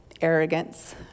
arrogance